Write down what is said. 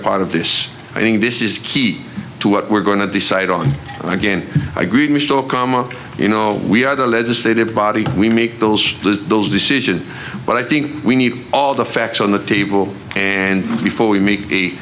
part of this i think this is key to what we're going to decide on again agreed mr okama you know we are the legislative body we make those decisions but i think we need all the facts on the table and before we make a